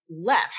left